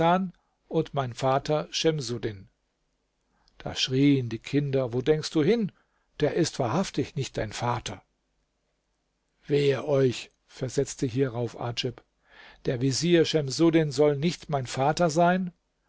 und mein vater schemsuddin da schrieen die kinder wo denkst du hin der ist wahrhaftig nicht dein vater wehe euch versetzte hierauf adjib der vezier schemsuddin soll nicht mein vater sein